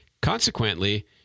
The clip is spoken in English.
Consequently